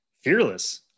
Fearless